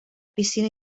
piscina